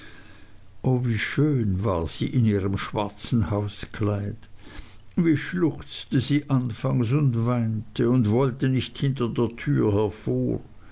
o wie schön war sie in ihrem schwarzen hauskleid wie schluchzte sie anfangs und weinte und wollte nicht hinter der türe hervor